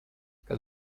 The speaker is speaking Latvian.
kad